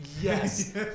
Yes